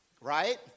right